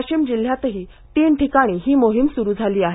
वाशिम जिल्ह्यातही तीन ठिकाणी ही मोहीम सुरु झाली आहे